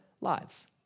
lives